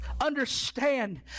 understand